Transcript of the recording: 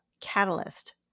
catalyst